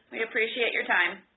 we appreciate your time.